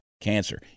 cancer